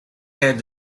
had